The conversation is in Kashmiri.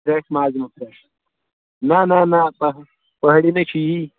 نہ نہ نہ پہٲ پہٲڑی نَے چھُ یی